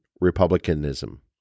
Republicanism